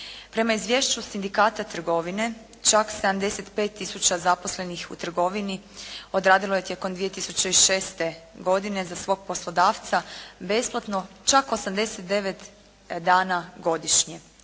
Prema izvješću Sindikata trgovine čak 75 tisuća zaposlenih u trgovini odradilo je tijekom 2006. godine za svog poslodavca besplatno čak 89 dana godišnje.